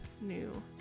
new